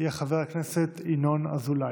יהיה חבר הכנסת ינון אזולאי.